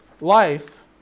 Life